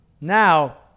now